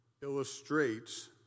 illustrates